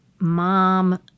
mom